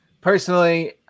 Personally